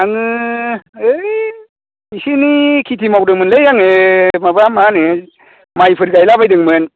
आङो है एसे एनै खेथि मावदोंमोनलै आङो माबा मा होनो माइफोर गायलाबायदोंमोन